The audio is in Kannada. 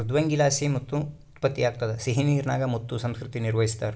ಮೃದ್ವಂಗಿಲಾಸಿ ಮುತ್ತು ಉತ್ಪತ್ತಿಯಾಗ್ತದ ಸಿಹಿನೀರಿನಾಗ ಮುತ್ತು ಸಂಸ್ಕೃತಿ ನಿರ್ವಹಿಸ್ತಾರ